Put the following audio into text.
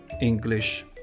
English